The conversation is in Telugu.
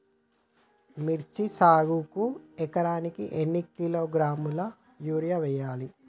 మిర్చి సాగుకు ఎకరానికి ఎన్ని కిలోగ్రాముల యూరియా వేయాలి?